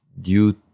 due